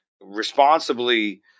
responsibly